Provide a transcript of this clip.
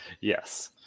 Yes